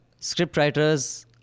scriptwriters